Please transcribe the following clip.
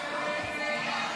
הסתייגות